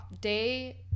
day